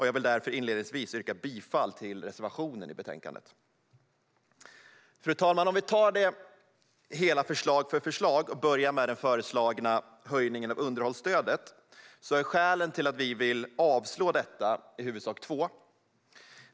Jag vill därför inledningsvis yrka bifall till reservationen i betänkandet. Fru talman! Jag ska ta det hela förslag för förslag och börjar med den föreslagna höjningen av underhållsstödet. Skälen till att vi vill avslå detta i är huvudsak två.